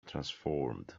transformed